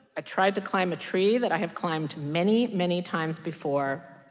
i tried to climb a tree that i have climbed many, many times before.